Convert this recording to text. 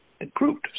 improved